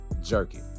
Jerky